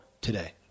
today